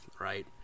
Right